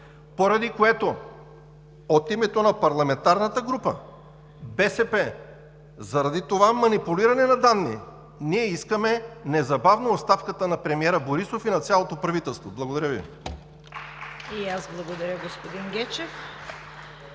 Поради което от името на парламентарната група на БСП заради това манипулиране на данни ние искаме незабавно оставката на премиера Борисов и на цялото правителство. Благодаря Ви.